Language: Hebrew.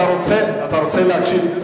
אתה רוצה להקשיב?